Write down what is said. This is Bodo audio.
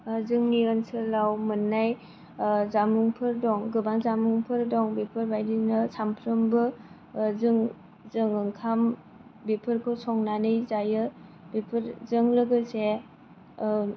जोंनि आन्चोलाव मोननाय जामुंफोर दं गोबां जामुंफोर दं बेफोरबायदिनो सामफ्रामबो जों जों ओंखाम बेफोरखौ संनानै जायो बेफोरजों लोगोसे